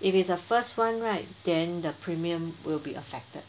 if it's the first one right then the premium will be affected